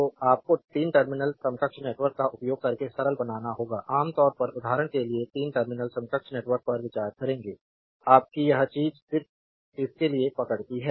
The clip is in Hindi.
तो आपको 3 टर्मिनल समकक्ष नेटवर्क का उपयोग करके सरल बनाना होगा आम तौर पर उदाहरण के लिए 3 टर्मिनल समकक्ष नेटवर्क पर विचार करेंगे आपकी यह चीज सिर्फ इसके लिए पकड़ती है